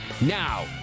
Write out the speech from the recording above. Now